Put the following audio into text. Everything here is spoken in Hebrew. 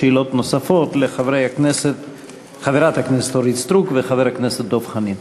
שאלות נוספות לחברת הכנסת אורית סטרוק ולחבר הכנסת דב חנין.